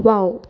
wow